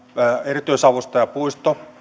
erityisavustaja puisto